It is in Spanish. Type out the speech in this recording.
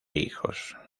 hijos